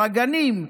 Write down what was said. הגנים,